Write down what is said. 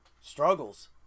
Struggles